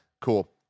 Cool